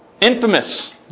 infamous